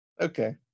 Okay